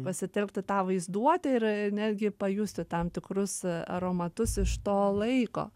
pasitelkti tą vaizduotę ir netgi pajusti tam tikrus aromatus iš to laiko